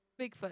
Bigfoot